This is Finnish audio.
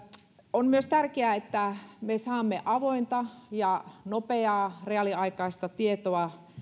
on myös tärkeää että me saamme avointa ja nopeaa reaaliaikaista tietoa